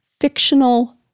fictional